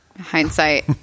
hindsight